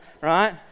right